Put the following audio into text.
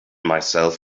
myself